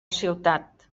ciutat